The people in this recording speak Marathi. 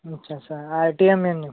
अच्छा सर आरटीएमएनयू